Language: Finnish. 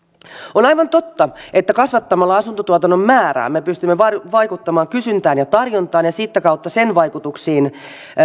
on aivan totta että kasvattamalla asuntotuotannon määrää me pystymme vaikuttamaan kysyntään ja tarjontaan ja sitä kautta sen vaikutuksiin